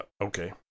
okay